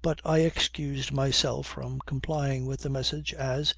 but i excused myself from complying with the message, as,